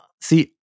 see